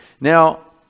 now